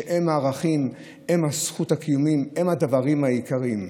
הם הערכים, הם הזכות לקיום, הם הדברים העיקריים.